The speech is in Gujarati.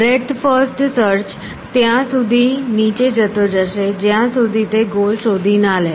બ્રેડ્થ ફર્સ્ટ સર્ચ ત્યાં સુધી નીચે જતો જશે જ્યાં સુધી તે ગોલ શોધી ના લે